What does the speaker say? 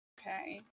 Okay